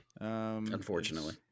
Unfortunately